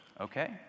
Okay